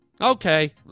Okay